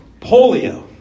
Polio